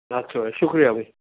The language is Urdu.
اچھا بھائی شکریہ بھائی